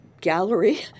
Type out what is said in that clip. gallery